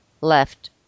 left